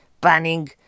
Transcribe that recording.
Banning